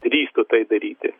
drįstų tai daryti